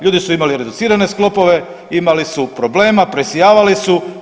Ljudi su imali reducirane sklopove, imali su problema, presijavali su.